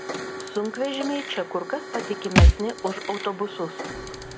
sunkvežimiai čia kur kas patikimesni už autobusus